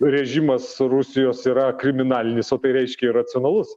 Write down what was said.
režimas rusijos yra kriminalinis o tai reiškia iracionalus